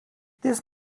this